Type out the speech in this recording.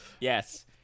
Yes